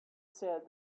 said